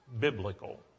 biblical